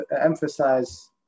emphasize